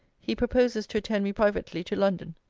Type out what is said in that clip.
he proposes to attend me privately to london,